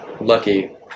lucky